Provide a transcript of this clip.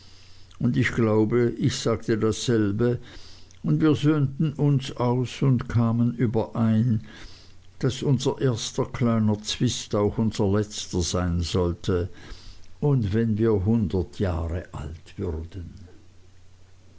und ich glaube ich sagte dasselbe und wir söhnten uns aus und kamen überein daß unser erster kleiner zwist auch unser letzter sein sollte und wenn wir hundert jahre alt würden